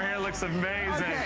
hair looks amazing.